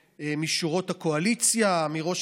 מה הייתה, אדוני היושב-ראש?